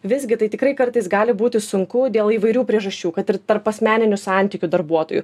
visgi tai tikrai kartais gali būti sunku dėl įvairių priežasčių kad ir tarpasmeninių santykių darbuotojų